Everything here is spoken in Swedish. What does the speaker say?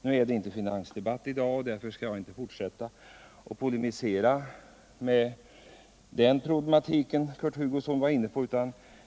— Nu är det inte finansdebatt i dag, och därför skall jag inte fortsätta att polemisera om den problematik Kurt Hugosson var inne på.